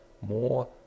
more